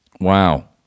Wow